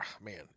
Man